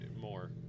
More